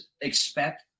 expect